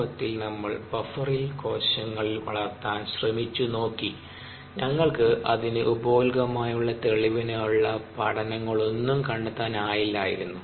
വാസ്തവത്തിൽ നമ്മൾ ബഫറിൽ കോശങ്ങൾ വളർത്താൻ ശ്രമിച്ചു നോക്കി ഞങ്ങൾക്ക് അതിനു ഉപോൽപകമായുള്ള തെളിവിനുള്ള പ0നങ്ങളൊന്നും കണ്ടെത്താനായില്ലായിരുന്നു